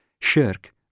shirk